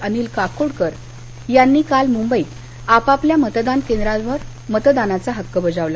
अनिल काकोडकर यांनी काल मुंबईत आपापल्या मतदान केंद्रांवर मतदानाचा हक्क बजावला